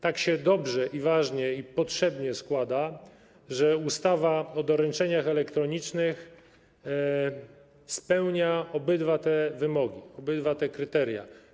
Tak się dobrze i ważnie, i potrzebnie składa, że ustawa o doręczeniach elektronicznych spełnia obydwa te wymogi, obydwa te kryteria.